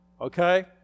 Okay